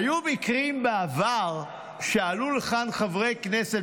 היו מקרים בעבר שעלו לכאן חברי כנסת